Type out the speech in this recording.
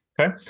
Okay